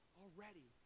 already